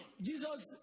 Jesus